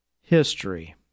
history